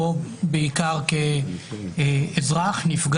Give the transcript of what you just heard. פה היום אני ברשותכם בעיקר כאזרח נפגע,